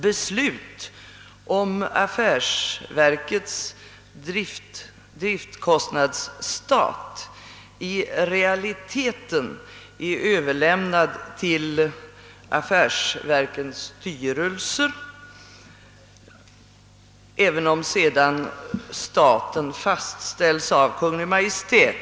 Beslut om affärsverkets driftkostnadsstat fattas i realiteten av affärsverkets styrelse, även om ifrågavarande stat sedan fastställs av Kungl. Maj:t.